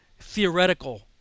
theoretical